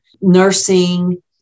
nursing